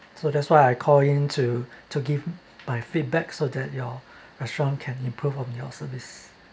so that's why I call in to to give my feedback so that your restaurant can improve on your service